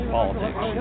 politics